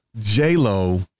J-Lo